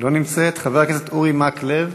לא נמצאת, חבר הכנסת אורי מקלב,